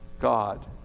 God